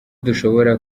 dushobora